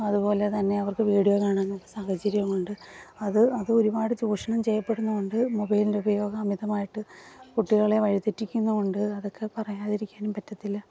അതുപോലെതന്നെ അവർക്ക് വീഡിയോ കാണാനുള്ള സാഹചര്യം ഉണ്ട് അത് അത് ഒരുപാട് ചൂഷണം ചെയ്യപ്പെടുന്നുണ്ട് മൊബൈലിൻ്റെ ഉപയോഗം അമിതമായിട്ട് കുട്ടികളെ വഴിതെറ്റിക്കുന്നും ഉണ്ട് അതൊക്കെ പറയാതിരിക്കാനും പറ്റത്തില്ല